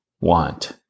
want